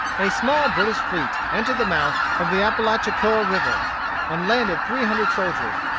a small british fleet entered the mouth of the apalachicola river and landed three hundred soldiers.